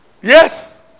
Yes